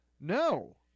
no